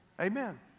Amen